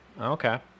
Okay